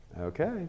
Okay